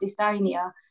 dystonia